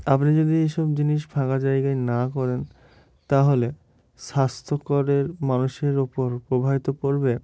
আপনি যদি এইসব জিনিস ফাঁকা জায়গায় না করেন তাহলে স্বাস্থ্যকরের মানুষের উপর প্রভাব পড়বে